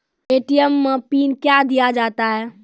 ATM मे PIN कयो दिया जाता हैं?